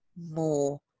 more